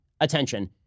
attention